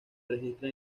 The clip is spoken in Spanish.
registra